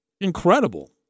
Incredible